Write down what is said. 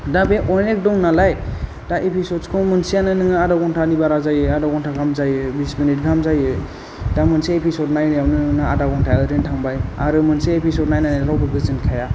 दा बे अनेख दं नालाय दा एपिसड्सखौ मोनसेयानो नोङो आधा घन्टानि बारा जायो आधा घन्टा गाहाम जायो बिस मिनिट गाहाम जायो दा मोनसे एपिसड नायनायावनो नों आधा घन्टाया ओरैनो थांबाय आरो मोनसे एपिसड नायनानै रावबो गोजोनखाया